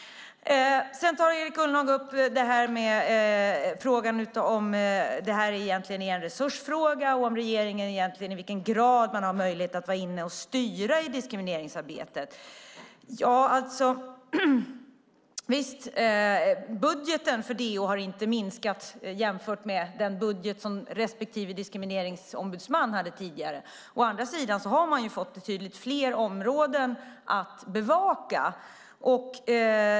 Sedan tar Erik Ullenhag upp frågan om det här egentligen är en resursfråga och i vilken grad regeringen har möjlighet att styra diskrimineringsarbetet. Nej visst, budgeten för DO har inte minskat jämfört med den budget som respektive Diskrimineringsombudsman hade tidigare. Å andra sidan har man fått betydligt fler områden att bevaka.